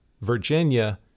Virginia